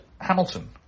Hamilton